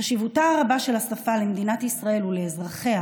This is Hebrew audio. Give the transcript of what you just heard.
חשיבותה הרבה של השפה למדינת ישראל ולאזרחיה